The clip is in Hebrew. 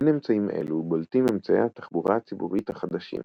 בין אמצעים אלו בולטים אמצעי התחבורה הציבורית החדשים